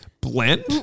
Blend